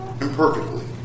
imperfectly